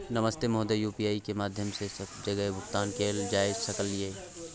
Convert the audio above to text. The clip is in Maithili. नमस्ते महोदय, यु.पी.आई के माध्यम सं सब जगह भुगतान कैल जाए सकल ये?